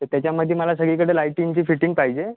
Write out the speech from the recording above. तर त्याच्यामध्ये मला सगळीकडे लाइटिंगची फिटिंग पाहिजे